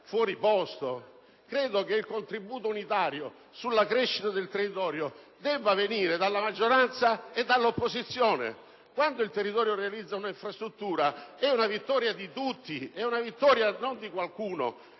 altri. Credo che il contributo unitario sulla crescita del territorio debba venire dalla maggioranza e dall'opposizione. Quando il territorio realizza un'infrastruttura è una vittoria di tutti e non di qualcuno,